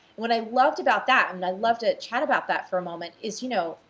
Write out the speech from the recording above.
what i loved about that, and i'd love to chat about that for a moment, is, you know,